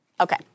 Okay